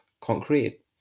concrete